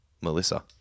melissa